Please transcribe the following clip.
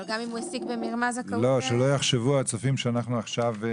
אבל גם אם הוא השיג במרמה --- כדי שהצופים לא יחשבו שאנחנו נכנסנו,